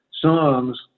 songs